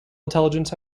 intelligence